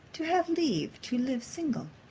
to have leave to live single.